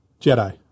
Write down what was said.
Jedi